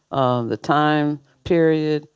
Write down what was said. ah the time period,